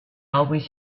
always